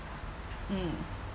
mm